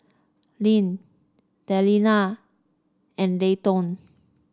Lyn Delila and Layton